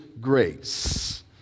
grace